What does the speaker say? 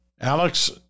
Alex